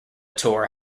tour